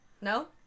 No